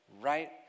Right